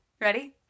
Ready